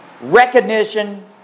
Recognition